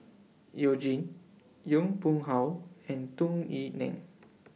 YOU Jin Yong Pung How and Tung Yue Nang